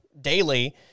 daily